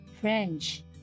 French